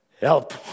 help